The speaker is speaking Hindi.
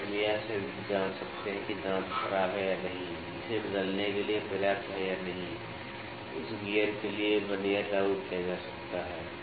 तो हम सिर्फ यह जांच सकते हैं कि दांत खराब है या नहीं इसे बदलने के लिए पर्याप्त है या नहीं उस गियर के लिए वर्नियर लागू किया जा सकता है